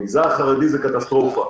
במגזר החרדי זה קטסטרופה,